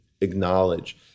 acknowledge